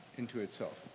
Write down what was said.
into itself.